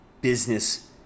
business